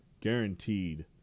guaranteed